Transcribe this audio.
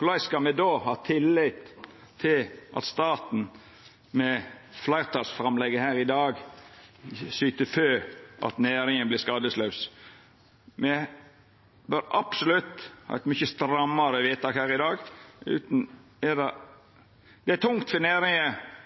Korleis skal me då ha tillit til at staten, med fleirtalsframlegget her i dag, syter for at næringa vert skadeslaus? Me bør absolutt ha eit mykje strammare vedtak her i dag. Det er tungt for næringa